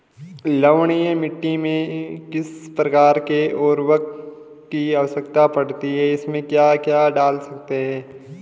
लवणीय मिट्टी में किस प्रकार के उर्वरक की आवश्यकता पड़ती है इसमें क्या डाल सकते हैं?